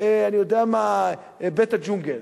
אני יודע מה, "בית הג'ונגל".